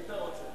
היית רוצה.